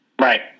Right